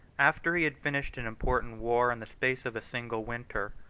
after he had finished an important war in the space of a single winter,